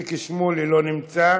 איציק שמולי, לא נמצא.